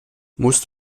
musst